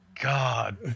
God